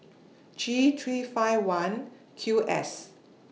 G three five one Q S